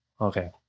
Okay